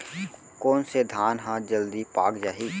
कोन से धान ह जलदी पाक जाही?